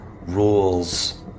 rules